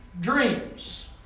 Dreams